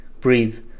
Breathe